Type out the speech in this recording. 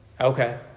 Okay